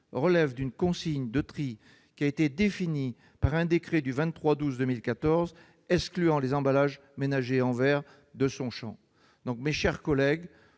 relève d'une consigne de tri définie par un décret du 23 décembre 2014, excluant les emballages ménagers en verre de son champ. Mes chers collègues,